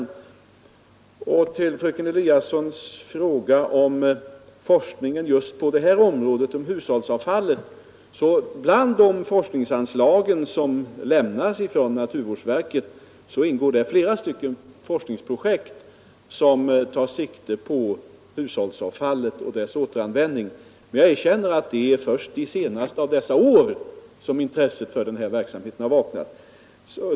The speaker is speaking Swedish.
Med anledning av fröken Eliassons fråga om forskningen om hushållsavfallet vill jag säga att av de forskningsanslag som lämnas från naturvårdsverket är det flera forskningsprojekt som tar sikte på hushållsavfallet och dess återanvändning. Men jag erkänner att det är först under de senaste åren som intresset för denna verksamhet har vaknat.